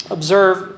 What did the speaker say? Observe